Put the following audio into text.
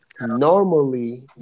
normally